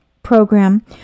program